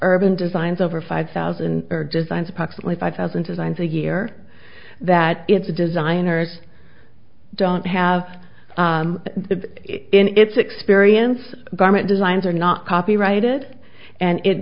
urban designs over five thousand or designs approximately five thousand designs a year that it's designers don't have the experience garment designs are not copyrighted and it